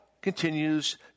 continues